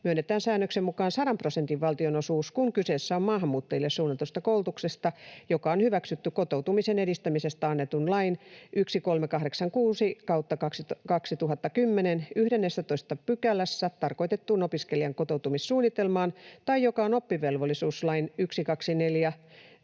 myönnetään säännöksen mukaan 100 prosentin valtionosuus, kun kyse on maahanmuuttajille suunnatusta koulutuksesta, joka on hyväksytty kotoutumisen edistämisestä annetun lain 1386/2010 11 §:ssä tarkoitettuun opiskelijan kotoutumissuunnitelmaan tai joka on oppivelvollisuuslain 1214/2020